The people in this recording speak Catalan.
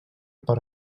per